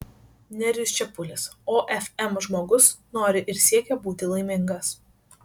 nerijus čepulis ofm žmogus nori ir siekia būti laimingas